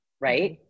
right